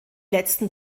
letzten